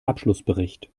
abschlussbericht